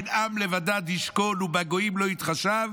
"הן עם לבדד ישכן ובגוים לא יתחשב",